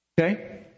Okay